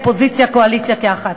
אופוזיציה וקואליציה כאחד.